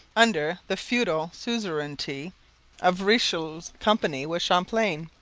under the feudal suzerainty of richelieu's company, was champlain.